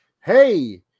hey